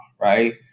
right